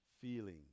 feeling